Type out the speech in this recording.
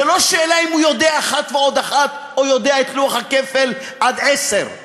זה לא שאלה אם הוא יודע אחת ועוד אחת או יודע את לוח הכפל עד עשר.